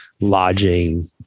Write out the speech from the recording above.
lodging